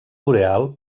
boreal